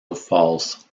falls